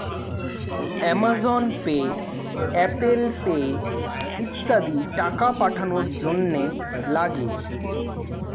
Amazon pay, Apple pay ইত্যাদি টাকা পাঠানোর জন্যে লাগে